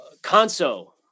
Conso